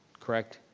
correct?